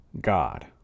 god